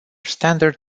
standard